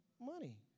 money